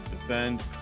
defend